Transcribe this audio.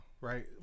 right